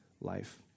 life